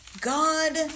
God